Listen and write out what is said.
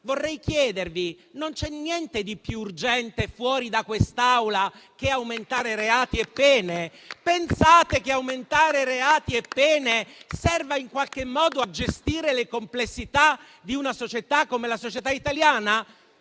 Vorrei chiedervi se davvero non c'è niente di più urgente, fuori da quest'Aula, rispetto ad aumentare i reati e le pene. Pensate che aumentare reati e pene serva in qualche modo a gestire le complessità di una società come la società italiana?